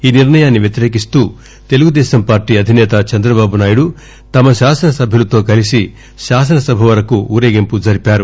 ఈ నిర్ణయాన్ని వ్యతిరేకిస్తూ తెలుగుదేశం పార్లీ అధినేత చంద్రబాబునాయుడు తమ శాసనసభ్యులతో కలిసి శాసనసభ వరకు ఊరేగింపు జరిపారు